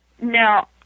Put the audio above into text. Now